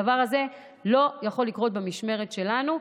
הדבר הזה לא יכול לקרות במשמרת שלנו,